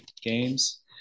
games